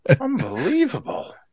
Unbelievable